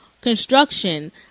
construction